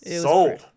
sold